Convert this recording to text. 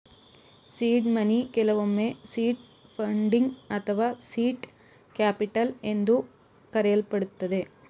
seed money ಕೆಲವೊಮ್ಮೆ seed funding ಅಥವಾ seed capital ಎಂದು ಕರೆಯಲ್ಪಡುತ್ತದೆ